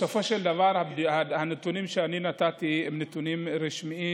בסופו של דבר הנתונים שאני נתתי הם נתונים רשמיים,